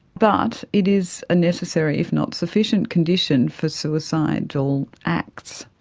but it is a necessary if not sufficient condition for suicidal acts.